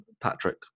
Patrick